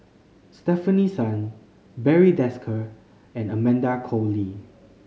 Stefanie Sun Barry Desker and Amanda Koe Lee